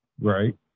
Right